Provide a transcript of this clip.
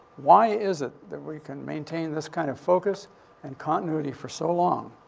why is it that we can maintain this kind of focus and continuity for so long?